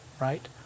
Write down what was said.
right